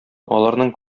аларның